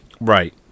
Right